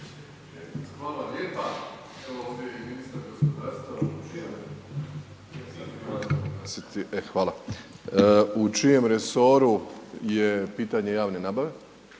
Hvala lijepa. Evo ovdje je i ministar gospodarstva …/Govornik nije uključen/… e, hvala, u čijem resoru je pitanje javne nabave.